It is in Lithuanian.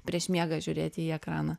prieš miegą žiūrėti į ekraną